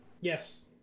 Yes